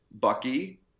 Bucky